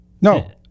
no